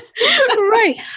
Right